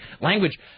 language